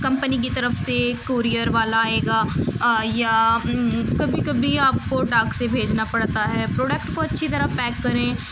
company کی طرف سے کورئر والا آئے گا یا کبھی کبھی آپ کو ڈاک سے بھیجنا پڑتا ہے پروڈکٹ کو اچھی طرح پیک کریں